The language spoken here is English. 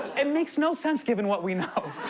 it makes no sense given what we know.